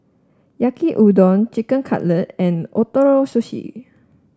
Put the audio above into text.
Yaki Udon Chicken Cutlet and Ootoro Sushi